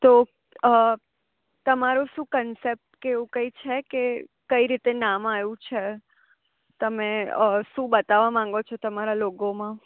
તો તમારું શું કન્સેપ્ટ કે એવું કંઈ છે કે કઈ રીતે નામ આવ્યું છે તમે શું બતાવવા માગો છો તમારા લોગોમાં